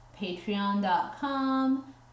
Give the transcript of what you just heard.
patreon.com